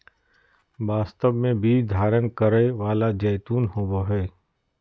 वास्तव में बीज धारण करै वाला जैतून होबो हइ